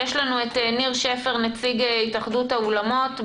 יש לנו את ניר שפר, נציג התאחדות האולמות,